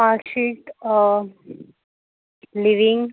mark sheet leaving